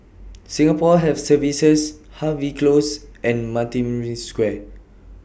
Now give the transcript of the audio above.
Singapore Health Services Harvey Close and Maritime Square